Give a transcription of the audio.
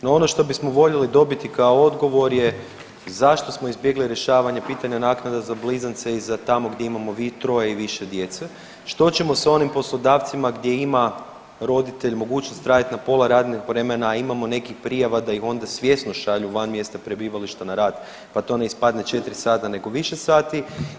No, ono što bismo voljeli dobiti kao odgovor je zašto smo izbjegli rješavanje pitanja naknada za blizance i za tamo gdje imamo troje i više djece, što ćemo s onim poslodavcima gdje ima roditelj mogućnost raditi na pola radnog vremena, a imamo nekih prijava da ih onda svjesno šalju van mjesta prebivališta na rad pa to ne ispade 4 sata nego više sati.